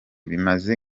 bimeze